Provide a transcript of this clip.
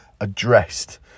addressed